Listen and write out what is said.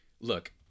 look